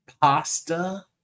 Pasta